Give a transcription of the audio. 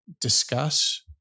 discuss